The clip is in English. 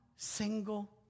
single